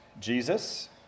Jesus